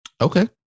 Okay